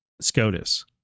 SCOTUS